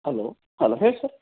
hello hello ಹೇಳಿ sir